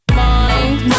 mind